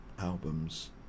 albums